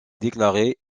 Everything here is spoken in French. déclaré